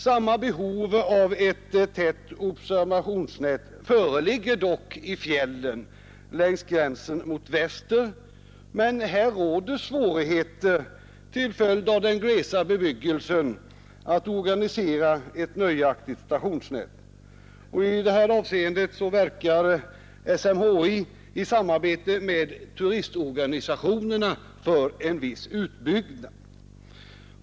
Samma behov av ett tätt observationsnät föreligger dock i fjällen längs gränsen i väster, men här råder svårigheter — till följd av den glesa bebyggelsen — att organisera ett nöjaktigt stationsnät. Och i detta avseende verkar SMHI i samarbete med turistorganisationerna för en viss utbyggnad.